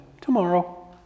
tomorrow